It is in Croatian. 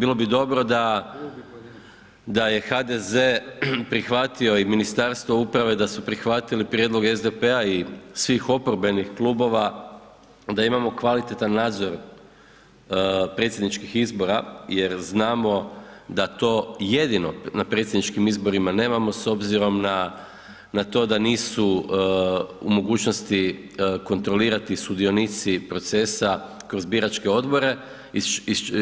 Bilo bi dobro da je HDZ prihvatio i Ministarstvo uprave da su prihvatili prijedlog SDP-a i svih oporbenih klubova da imamo kvalitetan nadzor predsjedničkih izbora jer znamo da to jedino na predsjedničkim izborima nemamo s obzirom na to da nisu u mogućnosti kontrolirati sudionici procesa kroz biračke odbore,